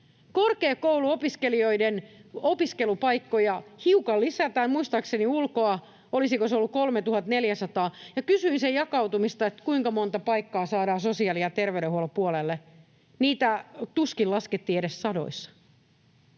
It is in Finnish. Korkeakouluopiskelijoiden opiskelupaikkoja hiukan lisätään, muistaakseni ulkoa olisiko se ollut 3 400. Kysyin sen jakautumisesta, että kuinka monta paikkaa saadaan sosiaali‑ ja terveydenhuollon puolelle. Niitä tuskin laskettiin edes sadoissa.